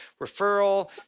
referral